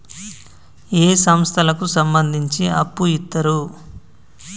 ఏ సంస్థలకు సంబంధించి అప్పు ఇత్తరు?